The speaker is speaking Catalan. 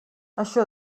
això